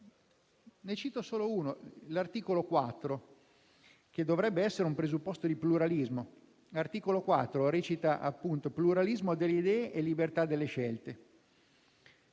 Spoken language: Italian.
Ne cito solo uno, l'articolo 4, che dovrebbe essere un presupposto di pluralismo e recita appunto: «Pluralismo delle idee e libertà delle scelte»;